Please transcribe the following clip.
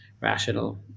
rational